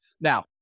Now